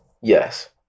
Yes